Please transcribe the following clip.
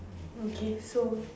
okay so